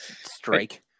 strike